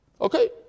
Okay